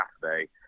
Saturday